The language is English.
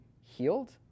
healed